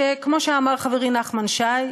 שכמו שאמר חברי נחמן שי,